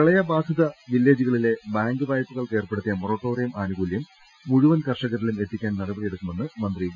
പ്രളയബാധിത വില്ലേജുകളിലെ ബാങ്ക് വായ്പകൾക്കേർപ്പെടു ത്തിയ മൊറട്ടോറിയം ആനുകൂല്യം മുഴുവ്ൻ കർഷകരിലും എത്തി ക്കാൻ നടപടിയെടുക്കുമെന്ന് മന്ത്രി വി